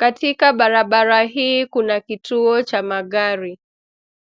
Katika barabara hii kuna kituo cha magari.